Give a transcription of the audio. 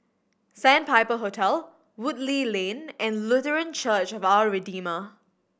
Sandpiper Hotel Woodleigh Lane and Lutheran Church of Our Redeemer